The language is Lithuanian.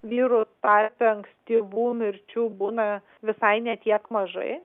vyrų tarpe ankstyvų mirčių būna visai ne tiek mažai